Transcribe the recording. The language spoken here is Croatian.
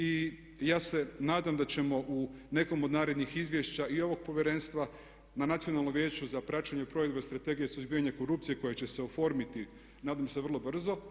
I ja se nadam da ćemo u nekom od narednih izvješća i ovog Povjerenstva na Nacionalnom vijeću za praćenje provedbe Strategije suzbijanja korupcije koje će se oformiti, nadam se vrlo brzo.